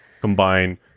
combine